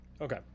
Okay